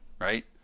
right